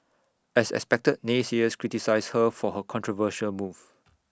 as expected naysayers criticised her for her controversial move